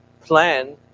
plan